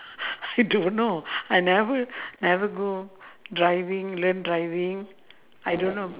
I don't know I never never go driving learn driving